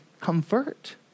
comfort